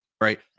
right